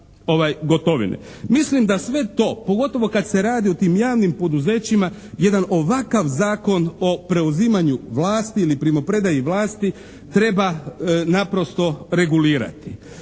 Mislim da sve to pogotovo kad se radi o tim javnim poduzećima jedan ovakav zakon o preuzimanju vlasti ili primopredaji vlasti treba naprosto regulirati.